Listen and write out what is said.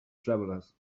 travelers